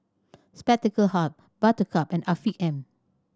Spectacle Hut Buttercup and Afiq M